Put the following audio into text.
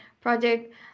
project